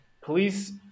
police